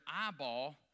eyeball